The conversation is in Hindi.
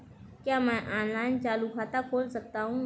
क्या मैं ऑनलाइन चालू खाता खोल सकता हूँ?